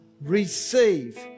receive